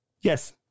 Yes